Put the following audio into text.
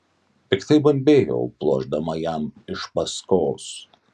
piktai bambėjau pluošdama jam iš paskos